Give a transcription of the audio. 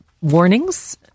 warnings